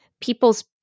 people's